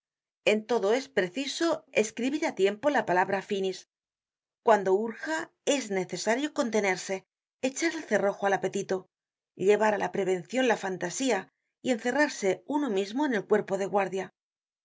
en todo es preciso escribir á tiempo la palabra finís cuando urja es necesario contenerse echar el cerrojo al apetito llevar á la prevencion la fantasía y encerrarse uno mismo en el cuerpo de guar y